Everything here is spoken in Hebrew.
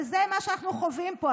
וזה מה שאנחנו חווים פה.